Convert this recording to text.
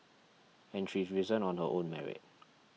and she's risen on her own merit